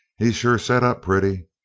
he's sure set up pretty!